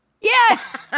Yes